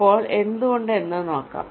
ഇപ്പോൾ എന്തുകൊണ്ട് എന്ന് നോക്കാം